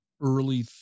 early